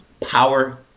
power